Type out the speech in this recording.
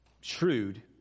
shrewd